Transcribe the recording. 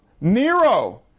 Nero